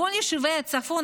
בכל יישובי הצפון,